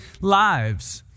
lives